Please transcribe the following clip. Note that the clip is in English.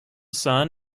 son